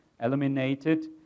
eliminated